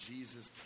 jesus